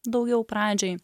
daugiau pradžioj